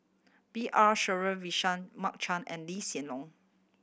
B R Sreenivasan Mark Chan and Lee Hsien Loong